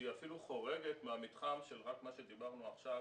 שהיא אפילו חורגת מהמתחם של רק מה שדיברנו עכשיו.